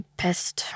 pissed